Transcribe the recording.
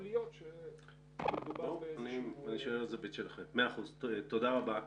תודה רבה.